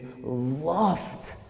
loved